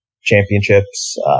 championships